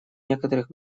некоторых